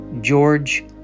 George